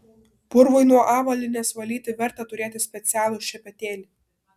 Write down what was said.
purvui nuo avalynės valyti verta turėti specialų šepetėlį